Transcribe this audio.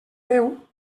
veu